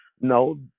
No